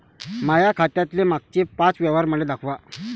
माया खात्यातले मागचे पाच व्यवहार मले दाखवा